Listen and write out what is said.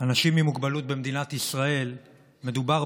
אנשים עם מוגבלות במדינת ישראל מדובר